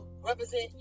represent